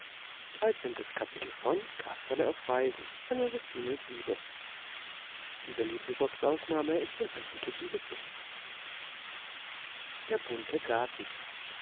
in dem bunten garten